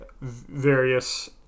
various